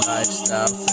Lifestyle